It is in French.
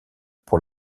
pour